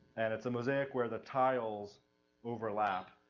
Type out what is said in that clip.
and it's a mosaic where the tiles overlap.